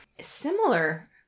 Similar